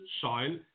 soil